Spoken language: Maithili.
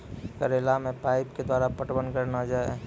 करेला मे पाइप के द्वारा पटवन करना जाए?